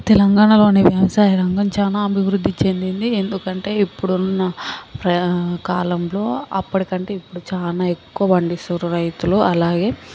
తెలంగాణలోని వ్యవసాయ రంగం చానా అభివృద్ధి చెందింది ఎందుకంటే ఇప్పుడున్న ప్ర కాలంలో అప్పుడుకంటే ఇప్పుడు చాలా ఎక్కువ పండిస్తుండ్రు రైతులు అలాగే